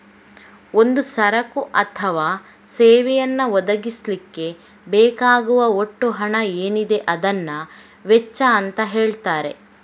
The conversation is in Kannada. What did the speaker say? ಒಂದು ಸರಕು ಅಥವಾ ಸೇವೆಯನ್ನ ಒದಗಿಸ್ಲಿಕ್ಕೆ ಬೇಕಾಗುವ ಒಟ್ಟು ಹಣ ಏನಿದೆ ಅದನ್ನ ವೆಚ್ಚ ಅಂತ ಹೇಳ್ತಾರೆ